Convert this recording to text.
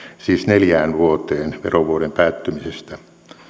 siis neljään vuoteen verovuoden päättymisestä